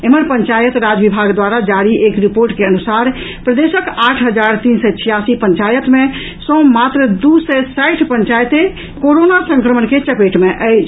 एम्हर पंचायत राज विभाग द्वारा जारी एक रिपोर्ट के अनुसार प्रदेशक आठ हजार तीन सय छियासी पंचायत मे सँ मात्र दू सय साठि पंचायते कोरोना संक्रमण के चपेट मे आयल अछि